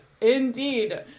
Indeed